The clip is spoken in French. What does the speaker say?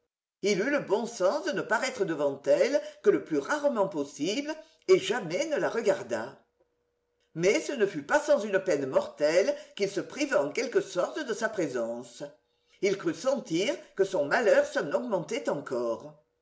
il eut le bon sens de ne paraître devant elle que le plus rarement possible et jamais ne la regarda mais ce ne fut pas sans une peine mortelle qu'il se priva en quelque sorte de sa présence il crut sentir que son malheur s'en augmentait encore